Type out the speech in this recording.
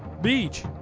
Beach